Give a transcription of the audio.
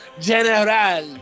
general